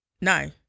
No